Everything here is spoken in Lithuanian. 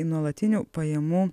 nuolatinių pajamų